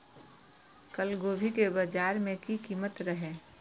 कल गोभी के बाजार में की कीमत रहे?